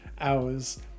hours